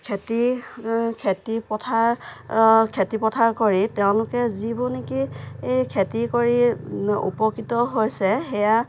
খেতি খেতিপথাৰ খেতিপথাৰ কৰি তেওঁলোকে যিবোৰ নেকি খেতি কৰি উপকৃত হৈছে সেইয়া